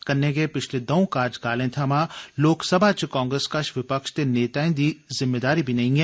कन्नै गै पिच्छले दौं कार्यकाल थमां लोकसभा च कांग्रेस कश विपक्ष दे नेता दी जिम्मेदारी बी नेई ऐ